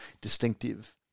distinctive